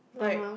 like